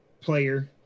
player